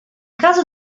caso